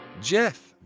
Jeff